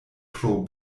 pro